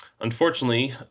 Unfortunately